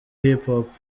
hiphop